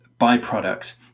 byproduct